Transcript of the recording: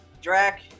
Drac